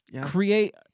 create